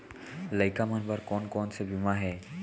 लइका मन बर कोन कोन से बीमा हे?